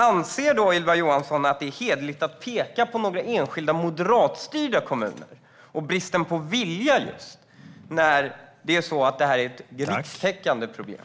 Anser Ylva Johansson att det är hederligt att peka på några enskilda moderatstyrda kommuner och bristen på vilja när detta är ett rikstäckande problem?